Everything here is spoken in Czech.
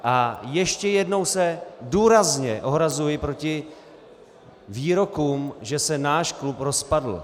A ještě jednou se důrazně ohrazuji proti výrokům, že se náš klub rozpadl.